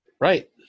Right